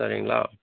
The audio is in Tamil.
சரிங்ளா